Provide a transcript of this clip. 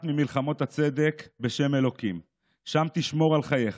ממלחמות הצדק בשם ה' / שם תשמור על חייך,